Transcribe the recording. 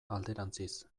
alderantziz